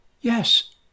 yes